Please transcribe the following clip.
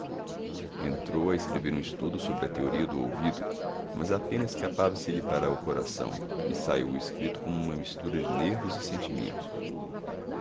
entrou a escrever um estudo sobre a teoria do ouvido mas a pena escapava se lhe para o coração e saiu o escrito com uma mistura de nervos e sentimentos